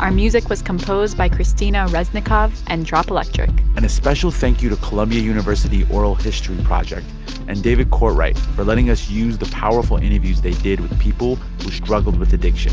our music was composed by kristina reznikov and drop electric and a special thank you to columbia university oral history project and david courtwright for letting us use the powerful interviews they did with people who struggled with addiction